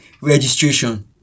registration